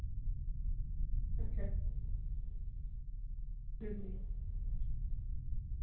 ᱟᱪᱪᱷᱟ ᱦᱩᱸ ᱦᱩᱸ